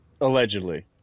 Allegedly